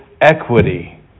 equity